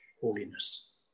holiness